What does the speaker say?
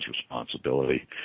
responsibility